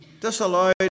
disallowed